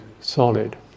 solid